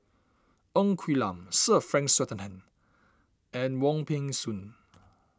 Ng Quee Lam Sir Frank Swettenham and Wong Peng Soon